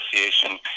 association